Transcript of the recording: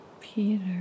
Peter